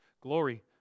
Glory